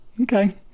okay